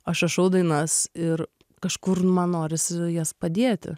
aš rašau dainas ir kažkur nu man norisi jas padėti